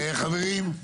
חברים.